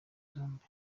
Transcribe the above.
zombi